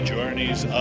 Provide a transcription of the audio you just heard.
Journeys